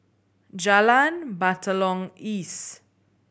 Jalan Batalong East